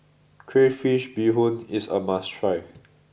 Crayfish Beehoon is a must try